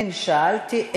אין, שאלתי.